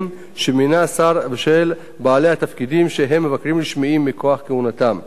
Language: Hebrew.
שמינה השר ושל בעלי התפקידים שהם מבקרים רשמיים מכוח כהונתם.